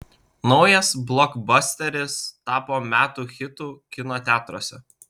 naujas blokbasteris tapo metų hitu kino teatruose